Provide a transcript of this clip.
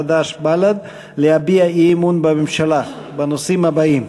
חד"ש ובל"ד להביע אי-אמון בממשלה בנושאים הבאים,